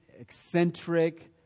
eccentric